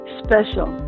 special